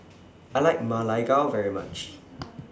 I like Ma Lai Gao very much